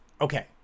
Okay